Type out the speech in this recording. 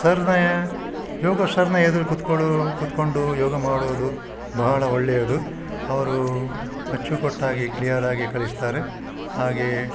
ಸರ್ನ ಯೋಗ ಸರ್ನ ಎದುರು ಕೂತ್ಕೊಳ್ಳಿ ಕೂತ್ಕೊಂಡು ಯೋಗ ಮಾಡುವುದು ಬಹಳ ಒಳ್ಳೆಯದು ಅವರು ಅಚ್ಚುಕಟ್ಟಾಗಿ ಕ್ಲೀಯರಾಗಿ ಕಲಿಸ್ತಾರೆ ಹಾಗೆ